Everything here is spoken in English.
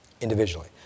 individually